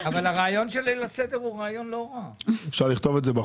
אבל הרעיון של ליל הסדר הוא רעיון לא רע -- אפשר להתייחס?